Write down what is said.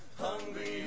Hungry